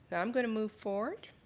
i'm going to move forward.